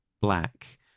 black